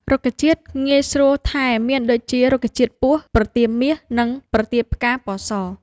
រុក្ខជាតិងាយស្រួលថែមានដូចជារុក្ខជាតិពស់, ប្រទាលមាស , និងប្រទាលផ្កាពណ៌ស ។